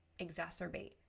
exacerbate